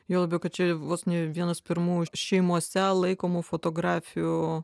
juo labiau kad čia vos ne vienas pirmųjų šeimose laikomų fotografijų